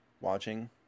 watching